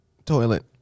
toilet